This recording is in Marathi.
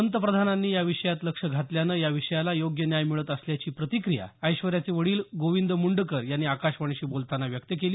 पंतप्रधानांनी या विषयात लक्ष घातल्यामुळे या विषयाला योग्य न्याय मिळत असल्याची प्रतिक्रिया ऐश्वर्याचे वडील गोविंद मुंडकर यांनी आकाशवाणीशी बोलताना व्यक्त केली